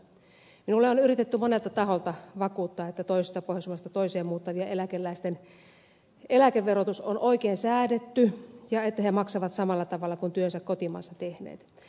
minulle on yritetty monelta taholta vakuuttaa että toisesta pohjoismaasta toiseen muuttavien eläkeläisten eläkeverotus on oikein säädetty ja että he maksavat samalla tavalla kuin työnsä kotimaassa tehneet